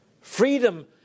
Freedom